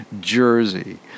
jersey